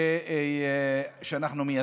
שאנחנו מייצגים.